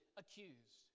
accused